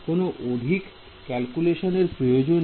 কোন অধিক ক্যালকুলেশন এর প্রয়োজন নেই